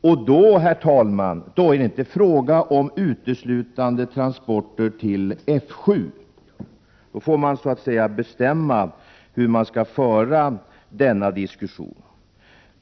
Och då, herr talman, är det inte uteslutande fråga om transporter till F 7. Man får allt lov att bestämma hur diskussionen skall föras.